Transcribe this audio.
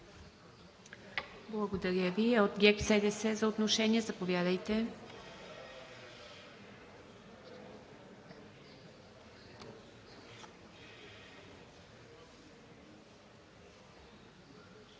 Благодаря Ви. От ГЕРБ-СДС за отношение? Заповядайте.